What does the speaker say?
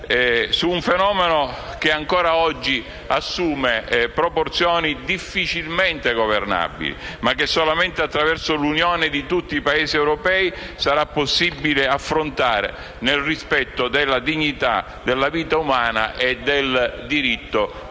su un fenomeno che ancora oggi assume proporzioni difficilmente governabili, ma che solamente attraverso l'unione di tutti i Paesi europei sarà possibile affrontare nel rispetto della dignità della vita umana e del diritto alla